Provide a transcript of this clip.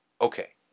okay